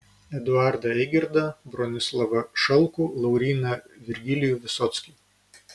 eduardą eigirdą bronislovą šalkų lauryną virgilijų visockį